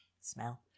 smell